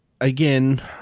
again